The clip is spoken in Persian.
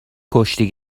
کشتی